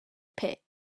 pit